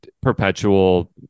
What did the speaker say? perpetual